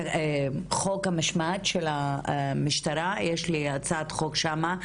בעניין חוק המשמעת של המשטרה, יש לי הצעת חוק שם.